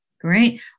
Great